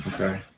Okay